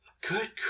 Good